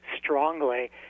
strongly